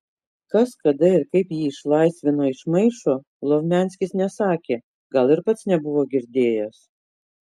kas kada ir kaip jį išlaisvino iš maišo lovmianskis nesakė gal ir pats nebuvo girdėjęs